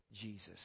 Jesus